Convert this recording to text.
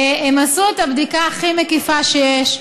הם עשו את הבדיקה הכי מקיפה שיש.